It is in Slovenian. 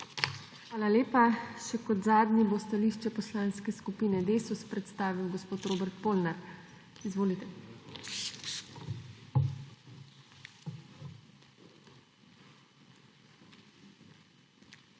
Hvala lepa. Še kot zadnji bo stališče Poslanske skupine Desus predstavil gospod Robert Polnar. Izvolite.